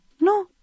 No